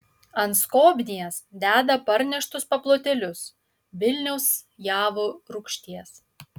ant skobnies deda parneštus paplotėlius vilniaus javo rūgšties